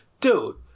Dude